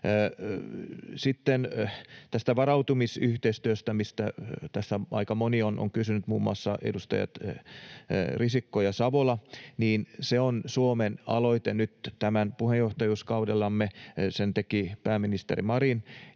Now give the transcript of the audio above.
Sitten tästä varautumisyhteistyöstä, mistä tässä aika moni on kysynyt, muun muassa edustajat Risikko ja Savola. Se on Suomen aloite nyt tällä puheenjohtajuuskaudellamme, sen teki pääministeri Marin.